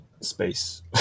space